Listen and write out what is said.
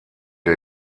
der